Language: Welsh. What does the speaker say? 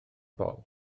bol